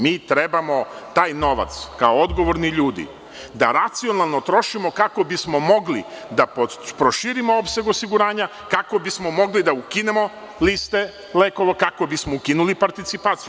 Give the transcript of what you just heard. Mi treba taj novac, kao odgovorni ljudi, da racionalno trošimo kako bismo mogli da proširimo opseg osiguranja, kako bismo mogli da ukinemo liste lekove, kako bismo ukinuli participaciju.